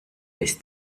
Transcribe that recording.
bis